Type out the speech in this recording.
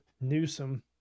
Newsom